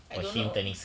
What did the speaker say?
I don't know